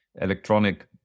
electronic